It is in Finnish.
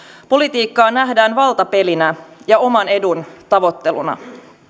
politiikka nähdään valtapelinä ja oman edun tavoitteluna